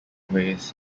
ways